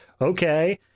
okay